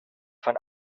von